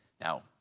Now